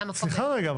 סליחה רגע,